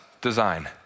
design